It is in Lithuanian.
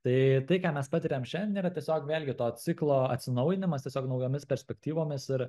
tai tai ką mes patiriam šiandien yra tiesiog vėlgi to ciklo atsinaujinimas tiesiog naujomis perspektyvomis ir